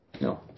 No